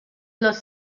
los